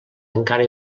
encara